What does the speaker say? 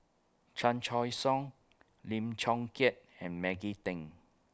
Chan Choy Siong Lim Chong Keat and Maggie Teng